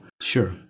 Sure